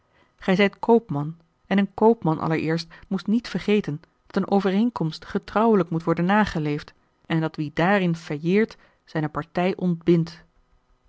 gij zijt koopman en een koopman allereerst moest niet vergeten dat eene overeenkomst getrouwelijk moet worden nageleefd en dat wie daarin failleert zijne partij ontbindt